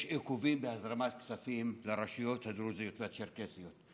עיכובים בהזרמת כספים לרשויות הדרוזיות והצ'רקסיות.